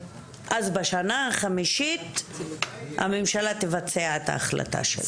אז בשנה החמישית הממשלה תבצע את ההחלטה שלה.